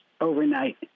overnight